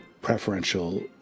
preferential